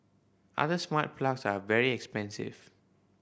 other smart plugs are very expensive